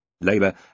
Labour